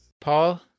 Paul